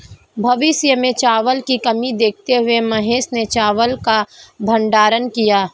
भविष्य में चावल की कमी देखते हुए महेश ने चावल का भंडारण किया